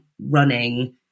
running